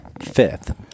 fifth